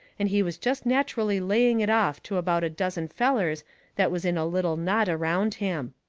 and he was jest natcherally laying it off to about a dozen fellers that was in a little knot around him.